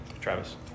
Travis